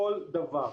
כל דבר.